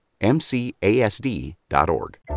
MCASD.org